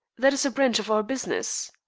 that is a branch of our business.